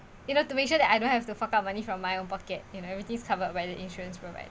you know to make sure that I don't have to fork out money from my own pocket you know everything's covered by the insurance provide